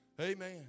Amen